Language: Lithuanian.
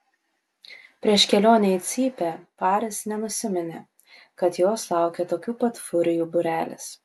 prieš kelionę į cypę paris nenusiminė kad jos laukia tokių pat furijų būrelis